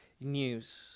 news